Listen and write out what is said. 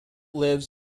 lives